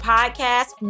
Podcast